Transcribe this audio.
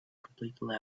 completely